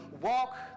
walk